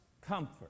comfort